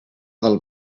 del